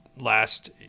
Last